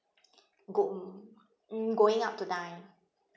go~ um going out to dine